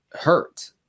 hurt